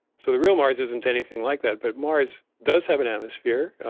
so the real mars isn't anything like that, but mars does have an atmosphere,